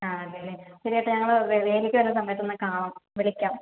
ആ അതെയല്ലേ ശരി ചേട്ടാ ഞങ്ങള് വരുമ്പോൾ വേലയ്ക്ക് വരുന്ന സമയത്തെന്നാൽ കാണാം വിളിക്കാം